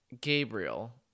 Gabriel